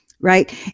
right